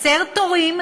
נקצר תורים,